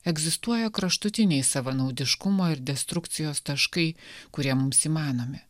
egzistuoja kraštutiniai savanaudiškumo ir destrukcijos taškai kurie mums įmanomi